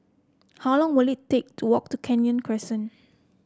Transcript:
how long will it take to walk to Kenya Crescent